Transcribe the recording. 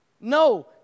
No